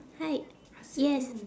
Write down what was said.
hi yes